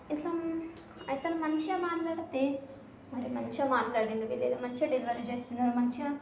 ఇట్లా అతను మంచిగా మాట్లాడితే మరి మంచిగా మాట్లాడాడు వీళ్ళు ఏదో మంచిగా డెలివరీ చేస్తున్నారు మంచిగా